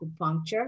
acupuncture